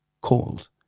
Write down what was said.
called